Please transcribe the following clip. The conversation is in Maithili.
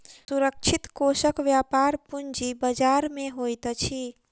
सुरक्षित कोषक व्यापार पूंजी बजार में होइत अछि